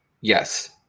yes